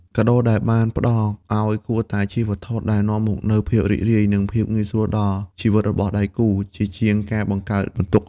កាដូដែលបានផ្ដល់ឱ្យគួរតែជាវត្ថុដែលនាំមកនូវភាពរីករាយ និងភាពងាយស្រួលដល់ជីវិតរបស់ដៃគូ ជាជាងការបង្កើតបន្ទុក។